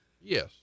yes